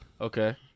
Okay